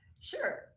sure